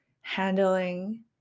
handling